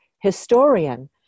historian